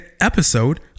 episode